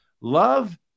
love